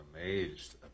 amazed